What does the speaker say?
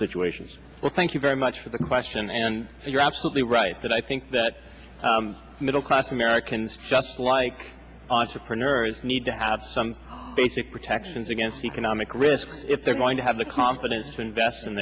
situations or thank you very much for the question and you're absolutely right that i think that middle class americans just like entrepreneurs need to have some basic protections against economic risks if they're going to have the confidence